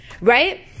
right